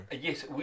Yes